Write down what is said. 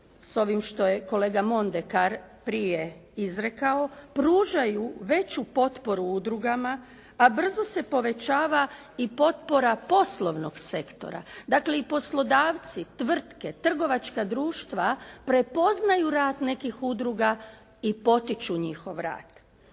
s ovim što je kolega Mondekar prije izrekao, pružaju veću potporu udrugama, a brzo se povećava i potpora poslovnog sektora. Dakle i poslodavci, tvrtke, trgovačka društva prepoznaju rad nekih udruga i potiču njihov rad.